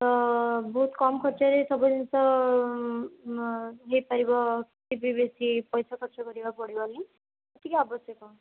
ତ ବହୁତ କମ ଖର୍ଚ୍ଚରେ ସବୁ ଜିନିଷ ହେଇପାରିବ ଏତେ ବି ବେଶୀ ପଇସା ଖର୍ଚ୍ଚ କରିବାକୁ ପଡ଼ିବନି ଯେତିକି ଆବଶ୍ୟକ